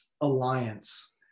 Alliance